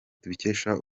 tubikesha